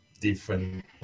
different